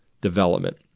development